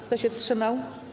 Kto się wstrzymał?